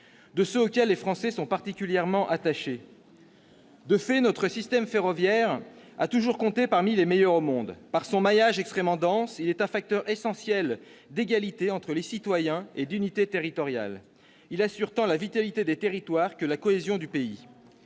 de ceux auxquels les Français sont particulièrement attachés. De fait, notre système ferroviaire a toujours compté parmi les meilleurs au monde. Par son maillage extrêmement dense, il est un facteur essentiel d'égalité entre les citoyens et d'unité territoriale. Il assure tant la vitalité des territoires que la cohésion du pays.